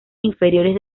inferiores